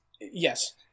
Yes